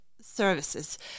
services